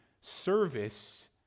service